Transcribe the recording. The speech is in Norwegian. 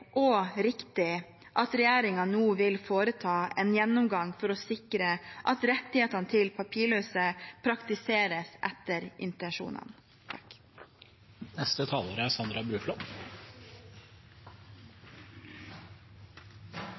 og riktig at regjeringen nå vil foreta en gjennomgang for å sikre at rettighetene til papirløse praktiseres etter intensjonene. Vi har noen rettigheter som er